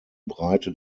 breite